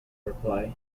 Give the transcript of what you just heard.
reply